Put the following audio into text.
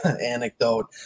anecdote